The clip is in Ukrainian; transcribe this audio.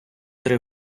три